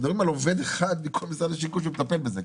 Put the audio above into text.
מדברים על עובד אחד בכל משרד השיכון שמטפל בזה.